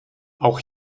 auch